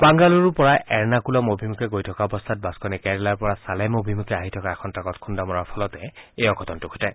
বাংগালুৰুৰ পৰা এৰ্নকুলম অভিমুখে গৈ থকা অৱস্থাত বাছখনে কেৰালাৰ পৰা ছালেম অভিমুখে আহি থকা এখন ট্ৰাকত খুন্দা মৰাৰ ফলতে এই অঘটনতো ঘটে